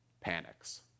panics